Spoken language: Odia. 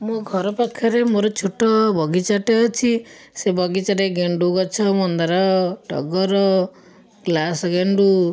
ମୋ ଘର ପାଖରେ ମୋର ଛୋଟ ବଗିଚାଟେ ଅଛି ସେ ବଗିଚାରେ ଗେଣ୍ଡୁ ଗଛ ମନ୍ଦାର ଟଗର ଗ୍ଲାସ୍ ଗେଣ୍ଡୁ